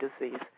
disease